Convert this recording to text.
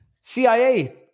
CIA